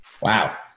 Wow